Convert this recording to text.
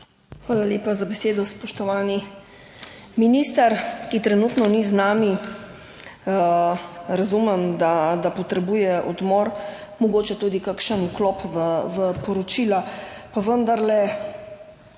Hvala lepa za besedo, spoštovani minister, ki trenutno ni z nami, razumem, da potrebuje odmor, mogoče tudi kakšen vklop v poročila,